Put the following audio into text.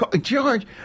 George